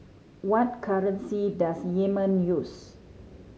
what currency does Yemen use